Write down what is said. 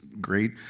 great